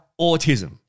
autism